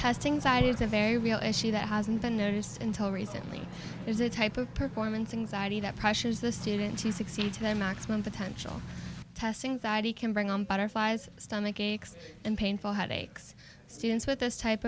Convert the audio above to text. testing side is a very real issue that hasn't been noticed until recently is a type of performance anxiety that crushes the student to succeed to maximum potential testing variety can bring on butterflies stomach aches and painful headaches students with this type